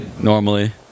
Normally